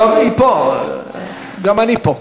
היא פה, גם אני פה.